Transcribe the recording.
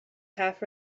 half